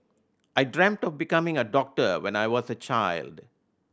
I dreamt of becoming a doctor when I was a child